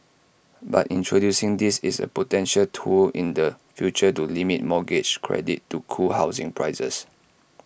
but introducing this is A potential tool in the future to limit mortgage credit to cool housing prices